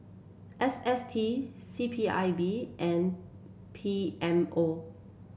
S S T C P I B and P M O